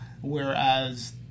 whereas